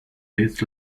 days